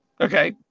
Okay